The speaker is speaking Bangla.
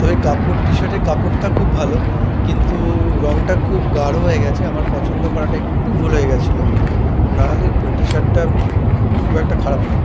তবে কাপড় টি শার্টের কাপড়টা খুব ভালো কিন্তু রঙটা খুব গাঢ় হয়ে গেছে আমার পছন্দ করাটা একটু ভুল হয়ে গেছিল নাহলে টি শার্টটা খুব একটা খারাপ নয়